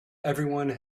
everyone